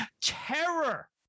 terror